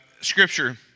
Scripture